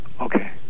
Okay